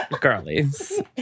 girlies